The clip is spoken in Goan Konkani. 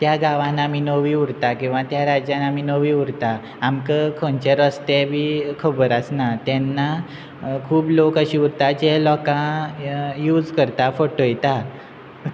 त्या गांवांत आमी नवी उरता किंवां त्या राज्यान आमी नवी उरता आमकां खंयचे रस्ते बी खबर आसना तेन्ना खूब लोक अशे उरता जे लोकां यूज करता फटयता